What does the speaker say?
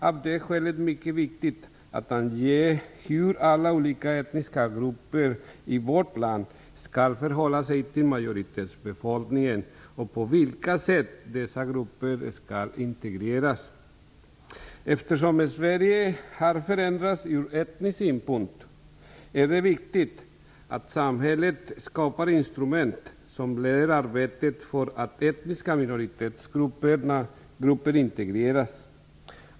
Av det skälet är det mycket viktigt att ange hur alla olika etniska grupper i vårt land skall förhålla sig till majoritetsbefolkningen och på vilka sätt dessa grupper skall integreras. Eftersom Sverige har förändrats från etnisk synpunkt är det viktigt att samhället skapar instrument som leder arbetet för att etniska minoritetsgrupper integreras.